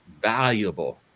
valuable